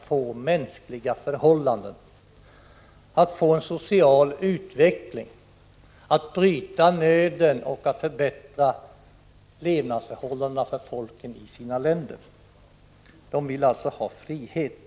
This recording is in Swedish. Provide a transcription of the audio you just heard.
få mänskliga förhållanden, en social utveckling. De vill avhjälpa nöden och förbättra levnadsförhållandena för folket. De vill ha frihet.